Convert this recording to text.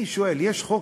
אני שואל, יש חוק-יסוד: